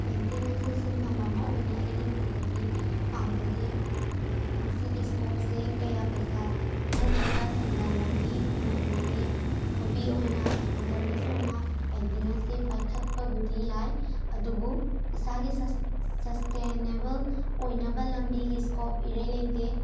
painting ꯑꯁꯤ ꯁꯤꯟꯐꯝ ꯑꯃ ꯑꯣꯏꯅ ꯑꯩꯒꯤ ꯃꯣꯠꯇꯗꯤ ꯄꯥꯝꯖꯗꯦ ꯃꯁꯤꯒꯤ ꯏꯁꯀꯣꯞꯁꯦ ꯀꯌꯥ ꯄꯩꯁꯥ ꯅꯠꯇ꯭ꯔꯒ ꯁꯦꯟꯗꯥꯟ ꯂꯝꯕꯤ ꯑꯣꯏꯅ ꯎꯅꯗꯦ ꯍꯣꯕꯤ ꯑꯣꯏꯅ ꯏꯟꯇꯔꯦꯁ ꯑꯣꯏꯅ ꯄꯦꯟꯇꯤꯡ ꯑꯁꯤ ꯄꯥꯏꯈꯠꯄꯕꯨꯗꯤ ꯌꯥꯏ ꯑꯗꯨꯕꯨ ꯏꯁꯥꯒꯤ ꯁꯁꯇꯦꯟꯅꯦꯕꯜ ꯑꯣꯏꯅꯕ ꯂꯝꯕꯤꯒꯤ ꯏꯁꯀꯣꯞ ꯏꯔꯩ ꯂꯩꯇꯦ